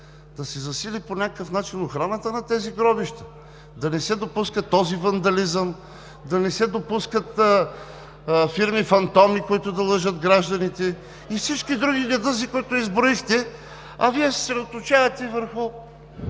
да се засили по някакъв начин охраната на тези гробища, да не се допуска този вандализъм, да не се допускат фирми-фантоми, които да лъжат гражданите и всички други недъзи, които изброихте, а Вие се съсредоточавате върху